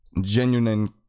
genuine